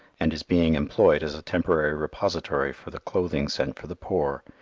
and is being employed as a temporary repository for the clothing sent for the poor,